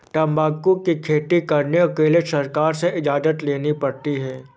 तंबाकू की खेती करने के लिए सरकार से इजाजत लेनी पड़ती है